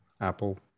Apple